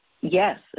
yes